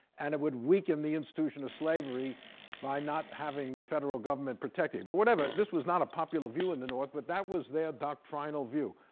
and it would weaken the institution of slavery by not having the federal government protect it. but whatever, this was not a popular view in the north, but that was their doctrinal view.